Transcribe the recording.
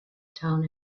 town